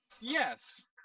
Yes